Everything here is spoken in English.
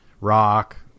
rock